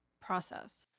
process